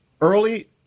Early